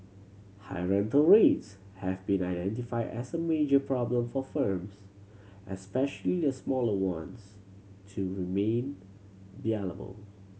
high rental rates have been identified as a major problem for firms especially the smaller ones to remain